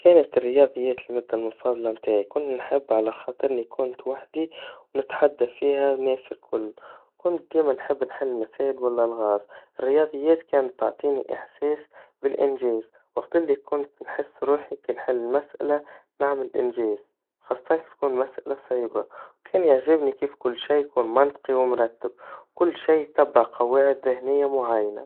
كانت الرياضيات المادا المفضلا متاعي, كنا نحبها على خاطرنا كنت وحدي نتحدى فيها الناس الكل, كنت ديما نحب نحل المسائل والألغاز, الرياضيات كانت تعطيني الإحساس بالإنجاز, وقت اللي كنت نحس روحي كي نحل المسألا, نعمل إنجاز, خاصةً كيتكون مسألا صعيبا, وكان يعجبني كيف كل شي يكون منطقي ومرتب, كل شي يتبع قواعد زهنيا معينا.